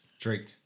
Drake